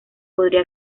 podría